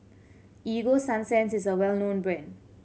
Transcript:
Ego Sunsense is a well known brand